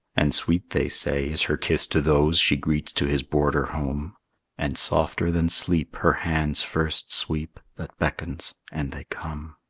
and sweet, they say, is her kiss to those she greets to his border home and softer than sleep her hand's first sweep that beckons, and they come.